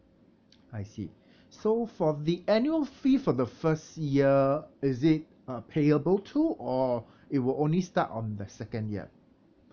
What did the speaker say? I see so for the annual free from the first year is it uh payable too or it will only start on the second year